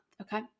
okay